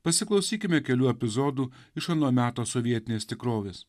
pasiklausykime kelių epizodų iš ano meto sovietinės tikrovės